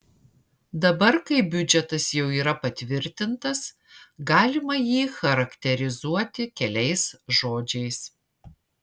dabar kai biudžetas jau yra patvirtintas galima jį charakterizuoti keliais žodžiais